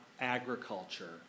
agriculture